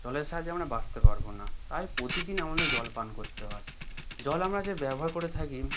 জলের সাহায্যে আমরা বাঁচতে পারব না তাই প্রতিদিন আমাদের জল পান করতে হয় জল আমরা যে ব্যবহার করে থাকি